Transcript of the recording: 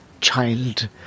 child